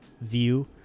view